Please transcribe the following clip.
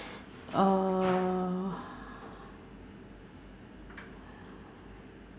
uh